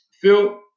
Phil